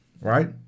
right